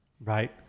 right